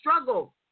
struggle